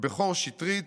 בכור שיטרית,